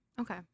Okay